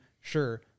Sure